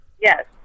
Yes